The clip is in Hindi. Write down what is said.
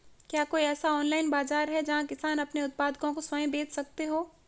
क्या कोई ऐसा ऑनलाइन बाज़ार है जहाँ किसान अपने उत्पादकों को स्वयं बेच सकते हों?